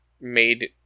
made